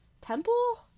temple